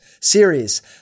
series